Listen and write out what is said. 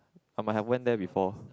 I might have went there before